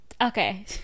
okay